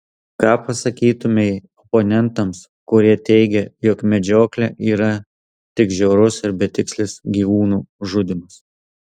ką pasakytumei oponentams kurie teigia jog medžioklė yra tik žiaurus ir betikslis gyvūnų žudymas